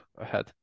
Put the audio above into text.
ahead